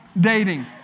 dating